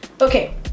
Okay